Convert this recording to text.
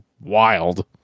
wild